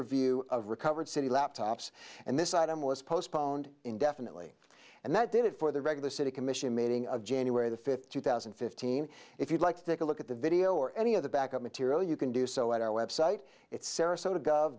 review of recovered city laptops and this item was postponed indefinitely and that did it for the regular city commission meeting of january the fifth two thousand and fifteen if you'd like to take a look at the video or any of the back up material you can do so at our website it sarasota